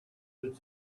would